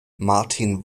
martin